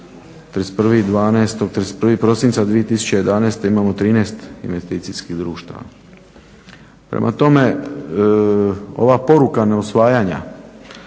31.12.2011. imamo 13 investicijskih društava. Prema tome, ova poruka neusvajanja